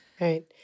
Right